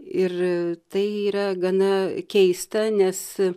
ir tai yra gana keista nes